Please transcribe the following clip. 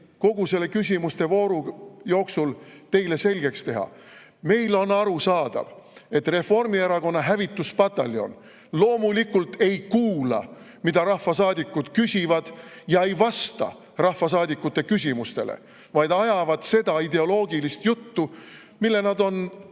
kogu selle küsimustevooru jooksul teile selgeks teha. Meile on arusaadav, et Reformierakonna hävituspataljon loomulikult ei kuula, mida rahvasaadikud küsivad, ja ei vasta rahvasaadikute küsimustele, vaid ajavad seda ideoloogilist juttu, mille nad on